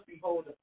behold